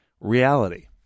reality